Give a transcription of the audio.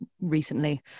recently